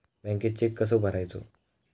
बँकेत चेक कसो भरायचो?